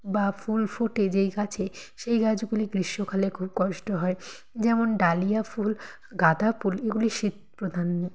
বা ফুল ফোটে যেই গাছে সেই গাছগুলি গ্রীষ্মকালে খুব কষ্ট হয় যেমন ডালিয়া ফুল গাঁদা ফুল এগুলি শীতপ্রধান